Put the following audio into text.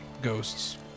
ghosts